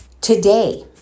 Today